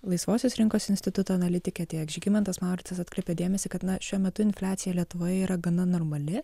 laisvosios rinkos instituto analitikė tiek žygimantas mauricas atkreipė dėmesį kad na šiuo metu infliacija lietuvoje yra gana normali